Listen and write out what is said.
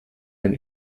sind